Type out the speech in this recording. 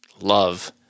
love